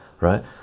right